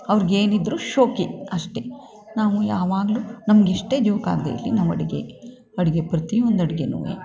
ಅವ್ರ್ಗೆ ಏನಿದ್ರೂ ಶೋಕಿ ಅಷ್ಟೇ ನಾವು ಯಾವಾಗ್ಲೂ ನಮ್ಗೆ ಎಷ್ಟೇ ಜೀವಕ್ಕೆ ಆಗ್ದೇ ಇರಲಿ ನಾವು ಅಡುಗೆ ಅಡುಗೆ ಪ್ರತಿಯೊಂದು ಅಡ್ಗೆನೂ